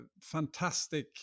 fantastic